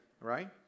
Right